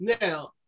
Now